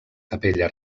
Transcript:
capella